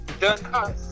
Done